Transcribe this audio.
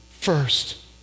first